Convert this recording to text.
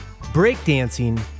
breakdancing